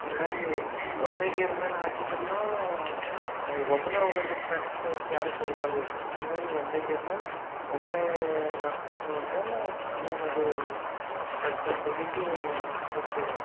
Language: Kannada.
ಹೀಗಾಗಿ ಒಂದೇ ಗೇರ್ ಮೇಲೆ ಹಾಕಿದ್ರೂ ಒಬ್ಬನೇ ಹೋಗ್ಬೇಕಿತ್ತು ಫ್ರೆಂಡ್ಸ್ ಹಿಂದೆ ಯಾರೂ ಕೂರಬಾರದಿತ್ತು ಹೀಗಾಗಿ ಒಂದೇ ಗೇರ್ ಮೇಲೆ ಒಬ್ಬನೇ ನಡೆಸ್ಕೊಂಡು ಹೋದ್ಮೇಲೆ ಆಮೇಗದು ಬೆಟ್ಟದ ತುದಿಗೇ ಮುಟ್ಟಿದೆವು